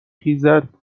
خیزد